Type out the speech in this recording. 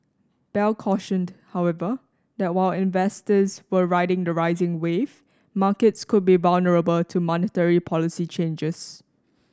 bell cautioned however that while investors were riding the rising wave markets could be vulnerable to monetary policy changes